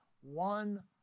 One